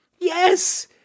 Yes